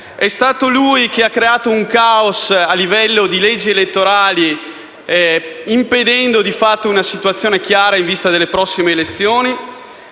È stato lui che ha creato un caos a livello di leggi elettorali, impedendo di fatto una situazione chiara, in vista delle prossime elezioni.